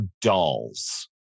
dolls